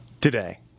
today